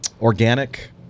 organic